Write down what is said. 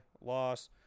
loss